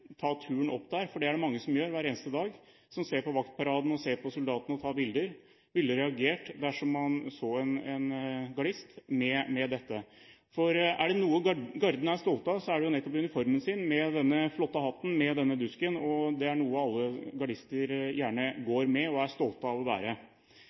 turen opp dit, og det er det mange som gjør hver eneste dag, som ser på vaktparaden og på soldatene og tar bilder, ville reagert dersom man så en gardist med dette. For er det noe Garden er stolt av, er det nettopp uniformen sin, med denne flotte hatten med dusk. Det er noe alle gardister gjerne